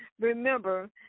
Remember